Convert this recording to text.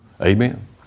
Amen